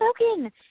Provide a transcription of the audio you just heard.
spoken